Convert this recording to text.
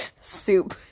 soup